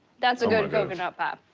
that's a good coconut pie.